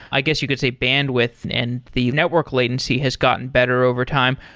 i guess you could say bandwidth and the network latency has gotten better overtime,